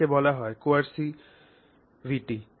এটাকে বলা হয় কোএরসিভিটি